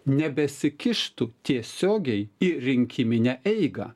nebesikištų tiesiogiai į rinkiminę eigą